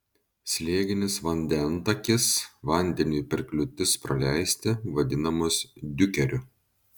slėginis vandentakis vandeniui per kliūtis praleisti vadinamas diukeriu